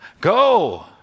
go